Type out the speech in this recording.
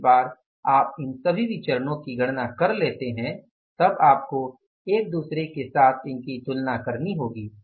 एक बार आप इन सभी विचरणो की गणना कर लेते हैं तब आपको एक दूसरे के साथ इनकी तुलना करनी होगी